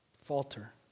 falter